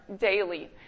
daily